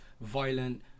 violent